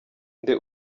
nde